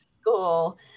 school